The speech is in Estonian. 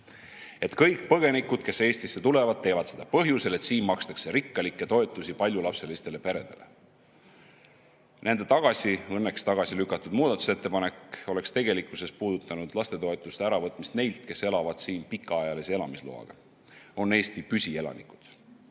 kõik põgenikud, kes Eestisse tulevad, teeksid seda põhjusel, et siin makstakse rikkalikke toetusi paljulapselistele peredele. Nende õnneks tagasilükatud muudatusettepanek oleks tegelikkuses puudutanud lastetoetuste äravõtmist neilt, kes elavad siin pikaajalise elamisloaga ja on Eesti püsielanikud.